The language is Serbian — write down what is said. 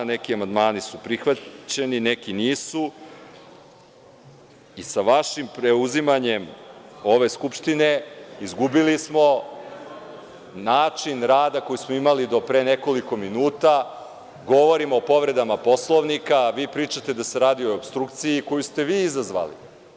Neki amandmani su prihvaćeni, neki nisu i sa vašim preuzimanjem ove skupštine izgubili smo način rada koji smo imali do pre nekoliko minuta, govorim o povredama Poslovnika, a vi pričate da se radi o opstrukciji koju ste vi izazvali.